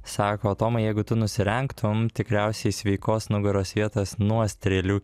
sako tomai jeigu tu nusirenktum tikriausiai sveikos nugaros vietos nuo stėlių